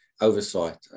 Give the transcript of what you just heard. oversight